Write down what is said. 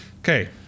Okay